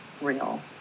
real